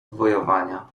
wojowania